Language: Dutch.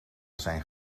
zijn